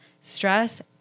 stress